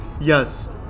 Yes